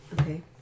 Okay